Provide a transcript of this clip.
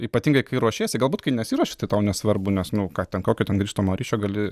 ypatingai kai ruošiesi galbūt kai nesiruoši tai tau nesvarbu nes nu ką ten kokio ten grįžtamo ryšio gali